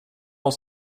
oss